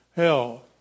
Hell